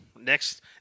Next